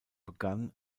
begann